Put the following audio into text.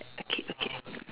okay okay